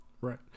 right